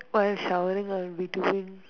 while I am showering I will be doing